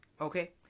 Okay